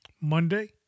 Monday